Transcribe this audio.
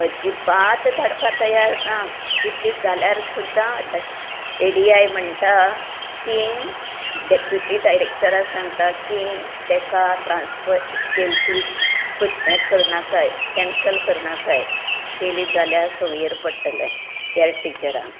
अजिबात धाडपाक तयार ना कितें जाल्यार सुद्दां एडिआय म्हणटा की डेप्युटी डायरेक्टराक सांगता की तेकां ट्रान्सफर केली ती हें करनाकाय केन्सल करनाकाय केली जाल्यार संवयेर पडटलें हेर टिचरांक